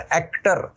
actor